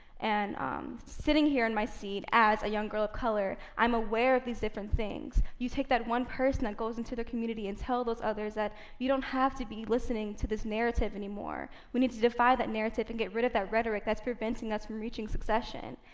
and um sitting here in my seat as a young girl of color, i'm aware of these different things. you take that one person that goes into the community, and tell those others that you don't have to be listening to this narrative anymore. we need to defy that narrative and get rid of that rhetoric that's preventing us from reaching succession.